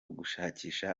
gushakisha